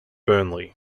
burnley